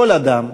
כל אדם,